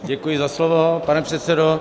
Děkuji za slovo, pane předsedo.